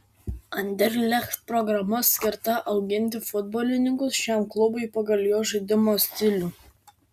anderlecht programa skirta auginti futbolininkus šiam klubui pagal jo žaidimo stilių